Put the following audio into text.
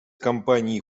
компании